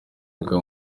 mbwa